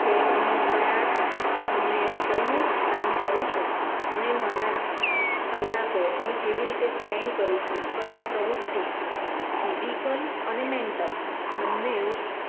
કે હું કયા સમયે કયું કામ કરું છું અને મારા કલાકો હું કેવી રીતે સ્પેન્ડ કરું છું કઈ પ્રવૃત્તિ ફિઝિકલ અને મેન્ટલ બંને